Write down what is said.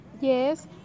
Yes